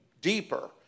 deeper